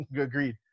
agreed